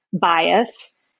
bias